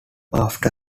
after